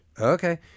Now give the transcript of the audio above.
Okay